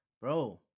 bro